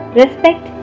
respect